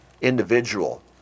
individual